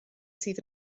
sydd